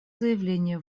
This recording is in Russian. заявление